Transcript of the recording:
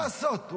מה לעשות?